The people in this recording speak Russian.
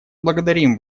благодарим